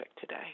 today